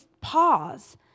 pause